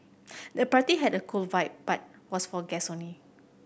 the party had a cool vibe but was for guest only